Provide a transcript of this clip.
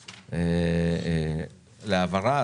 להעברה.